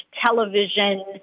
television